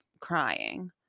crying